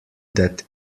that